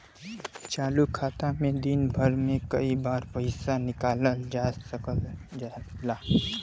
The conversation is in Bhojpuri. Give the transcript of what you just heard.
चालू खाता में दिन भर में कई बार पइसा निकालल जा सकल जाला